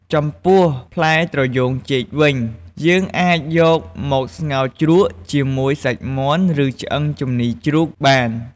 ចំពោះ ផ្លែត្រយូងចេកវិញ យើងអាចយកមកស្ងោជ្រក់ជាមួយសាច់មាន់ ឬឆ្អឹងជំនីរជ្រូកបាន។